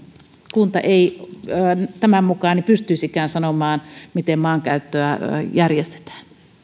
kunta ei tämän mukaan pystyisikään sanomaan miten maankäyttöä järjestetään